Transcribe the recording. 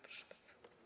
Proszę bardzo.